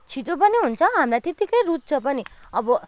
छिटो पनि हुन्छ हामीलाई त्यत्तिकै रुच्छ पनि अब